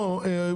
עושים.